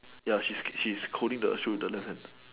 ya she's she's holding the shoes the left hand